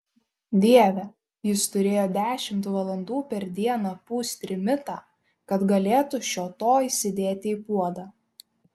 dieve jis turėjo dešimt valandų per dieną pūst trimitą kad galėtų šio to įsidėti į puodą